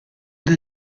del